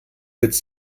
witz